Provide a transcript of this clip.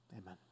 Amen